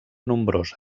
nombrosa